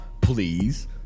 please